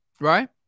Right